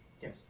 Yes